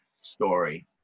story